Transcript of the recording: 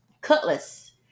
Cutlass